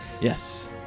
Yes